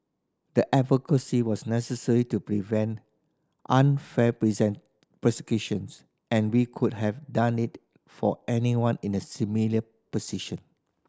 the advocacy was necessary to prevent unfair present persecutions and we could have done it for anyone in a similar position